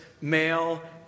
male